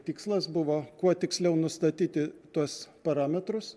tikslas buvo kuo tiksliau nustatyti tuos parametrus